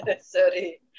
Sorry